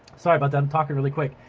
sorry about that, i'm talking really quick.